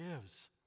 gives